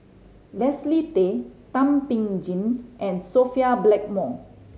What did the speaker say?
Leslie Tay Thum Ping Tjin and Sophia Blackmore